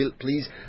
please